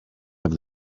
have